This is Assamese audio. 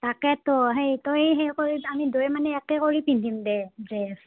তাকেতো সেই তই সেই কৰিবি আমি দুই মানে একে কৰি পিন্ধিম দে ড্ৰেছ